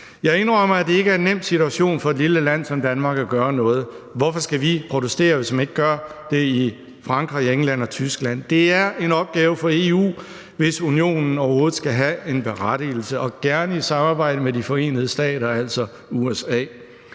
Jeg indrømmer, at det ikke er en nem situation for et lille land som Danmark at gøre noget i. Hvorfor skal vi protestere, hvis man ikke gør det i Frankrig, England og Tyskland? Det er en opgave for EU, hvis Unionen overhovedet skal have en berettigelse, og gerne i samarbejde med De Forenede Stater, altså USA.